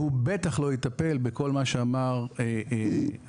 והוא בטח לא יטפל בכל מה שאמר האדון